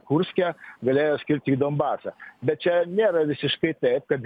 kurske galėjo skirti į donbasą bet čia nėra visiškai taip kad